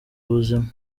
ubuzima